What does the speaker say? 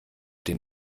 den